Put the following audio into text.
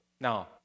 Now